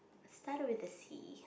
it's starts with a C